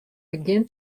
begjin